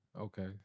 Okay